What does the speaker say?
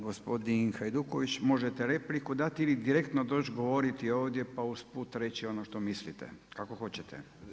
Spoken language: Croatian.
Gospodin Hajduković, možete repliku dati ili direktno doći govoriti ovdje, pa usput reći ono što mislite, kako hoćete?